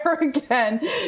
Again